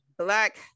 Black